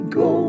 go